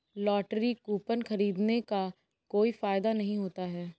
lottery coupon खरीदने का कोई फायदा नहीं होता है